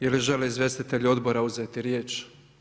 Je li žele izvjestitelji odbora uzeti riječ?